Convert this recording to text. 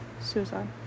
Suicide